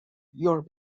your